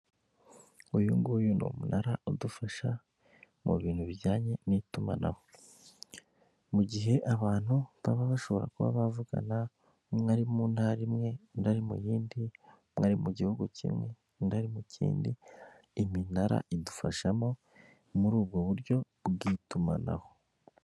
Uyu nguyu ni umunara udufasha mu bintu bijyanye n'itumanaho, mu gihe abantu baba bashobora kuvugana umwe ari mu ntara imwe undi ari mu yindi, umwe ari mu gihugu kimwe undi ari mu kindi, iminara idufashamo muri ubwo buryo bw'itumanho.